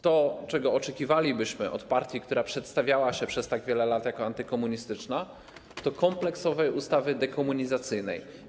To, czego oczekiwalibyśmy od partii, która przedstawiała się przez tak wiele lat jako antykomunistyczna, to kompleksowa ustawa dekomunizacyjna.